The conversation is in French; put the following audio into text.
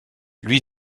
lui